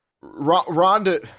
Ronda